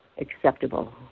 acceptable